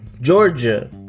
Georgia